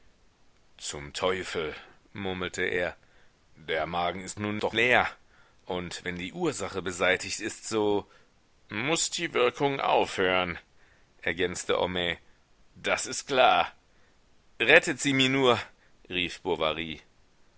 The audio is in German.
zum teufel murmelte er der magen ist nun doch leer und wenn die ursache beseitigt ist so muß die wirkung aufhören ergänzte homais das ist klar rettet sie mir nur rief